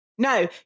No